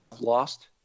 lost